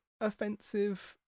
offensive